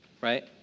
right